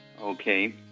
okay